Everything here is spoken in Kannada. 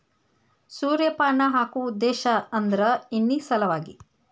ಸೂರ್ಯಪಾನ ಹಾಕು ಉದ್ದೇಶ ಅಂದ್ರ ಎಣ್ಣಿ ಸಲವಾಗಿ